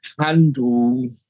handle